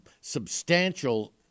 substantial